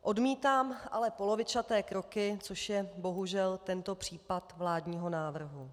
Odmítám ale polovičaté kroky, což je bohužel tento případ vládního návrhu.